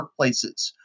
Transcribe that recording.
workplaces